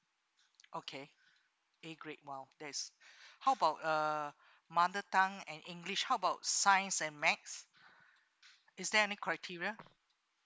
okay A grade !wow! that's how about uh mother tongue and english how about science and maths is there any criteria